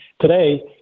Today